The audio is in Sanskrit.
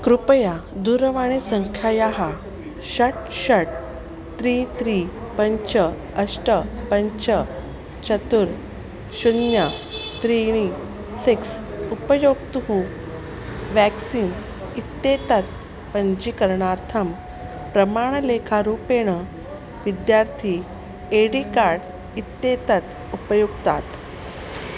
कृपया दूरवाणीसङ्ख्यायाः षट् षट् त्रि त्रि पञ्च अष्ट पञ्च चतुः शून्यं त्रीणि सिक्स् उपयोक्तुः व्याक्सीन् इत्येतत् पञ्जीकरणार्थं प्रमाणलेखारूपेण विद्यार्थी ए डी कार्ड् इत्येतत् उपयुक्तात्